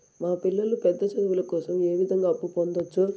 మా పిల్లలు పెద్ద చదువులు కోసం ఏ విధంగా అప్పు పొందొచ్చు?